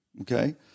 Okay